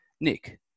Nick